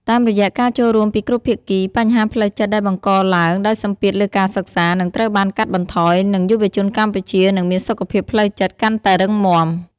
តាមរយៈការចូលរួមពីគ្រប់ភាគី បញ្ហាផ្លូវចិត្តដែលបង្កឡើងដោយសម្ពាធលើការសិក្សានឹងត្រូវបានកាត់បន្ថយ និងយុវជនកម្ពុជានឹងមានសុខភាពផ្លូវចិត្តកាន់តែរឹងមាំ។